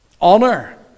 honor